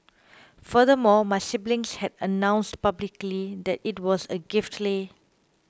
furthermore my siblings had announced publicly that it was a gift leh